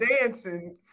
Dancing